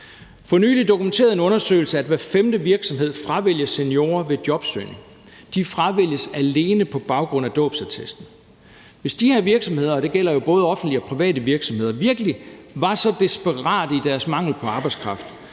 For nylig dokumenterede en undersøgelse, at hver femte virksomhed fravælger seniorer ved jobsøgning. De fravælges alene på baggrund af dåbsattesten. Hvis de her virksomheder – og det gælder jo både offentlige og private virksomheder – virkelig var så desperate i deres mangel på arbejdskraft,